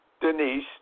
Denise